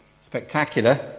spectacular